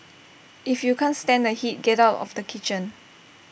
if you can't stand the heat get out of the kitchen